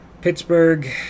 Pittsburgh